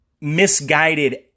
misguided